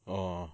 oh